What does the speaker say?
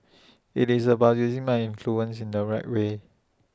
IT is about using my influence in the right way